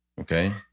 Okay